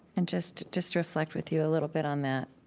and just just reflect with you a little bit on that